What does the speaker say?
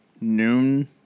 noon